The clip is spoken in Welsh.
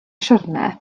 siwrne